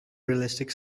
realistic